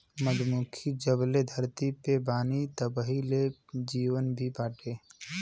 मधुमक्खी जबले धरती पे बानी तबही ले जीवन भी बाटे